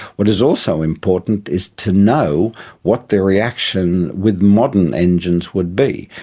what is also important is to know what the reaction with modern engines would be.